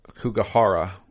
Kugahara